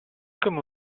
come